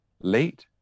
late